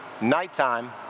nighttime